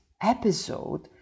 episode